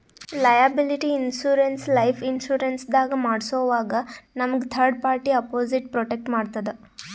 liability insurance life insurance ದಾಗ್ ಮಾಡ್ಸೋವಾಗ್ ನಮ್ಗ್ ಥರ್ಡ್ ಪಾರ್ಟಿ ಅಪೊಸಿಟ್ ಪ್ರೊಟೆಕ್ಟ್ ಮಾಡ್ತದ್